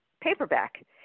paperback